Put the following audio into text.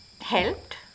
helped